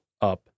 up